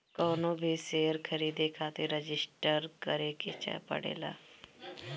कवनो भी शेयर खरीदे खातिर रजिस्टर करे के पड़ेला